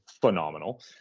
phenomenal